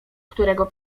którego